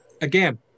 again